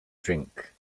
drink